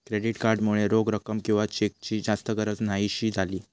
credit card मुळे रोख रक्कम किंवा चेकची जास्त गरज न्हाहीशी झाली